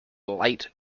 light